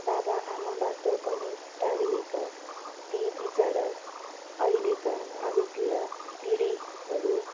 बाबा आमाबाट पनि टाढिएका ति विचरा अहिलेका भावी पिँढी पिँढीहरू